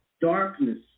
darkness